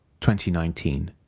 2019